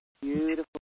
beautiful